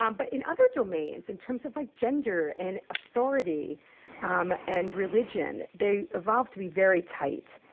um but in other domains, in terms of, like, gender and authority um and religion, they evolve to be very tight.